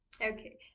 okay